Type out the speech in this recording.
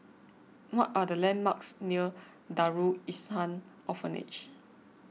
what are the landmarks near Darul Ihsan Orphanage